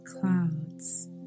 clouds